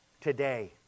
today